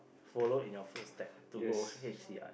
follow in your footstep to go H_C ah